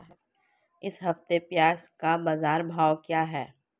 इस हफ्ते प्याज़ का बाज़ार भाव क्या है?